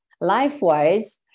life-wise